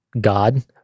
God